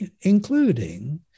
including